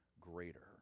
greater